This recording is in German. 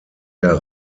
der